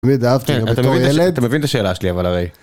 תמיד אהבתי אותה בתור ילד. אתה מבין את השאלה שלי אבל הרי...